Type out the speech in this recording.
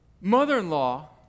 mother-in-law